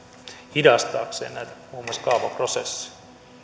hidastaakseen muun muassa näitä kaavaprosesseja